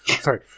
sorry